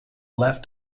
left